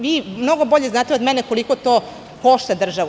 Vi mnogo bolje znate od mene koliko to košta državu.